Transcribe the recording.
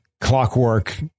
clockwork